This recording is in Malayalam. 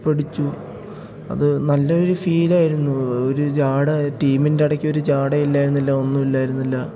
കപ്പടിച്ചു അത് നല്ലൊരു ഫീലായിരുന്നു ഒരു ജാട ടീമിൻ്റെ ഇടയ്ക്ക് ഒരു ജാട ഇല്ലായിരുന്നില്ല ഒന്നുമില്ലായിരുന്നില്ല